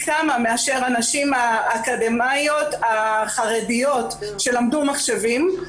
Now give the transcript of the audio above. כמה מאשר הנשים האקדמאיות החרדיות שלמדו מחשבים,